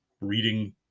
reading